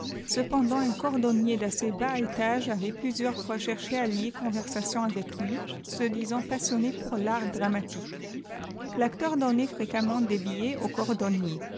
cepenctant un cordonnier d'assez bas étage avait plnsiéurs fois cherché à lier conversation atec lui se disant passionné pour l'art dramatique l'aieleur donnait firé gemment des liîlfelsau cordonnier